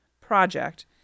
project –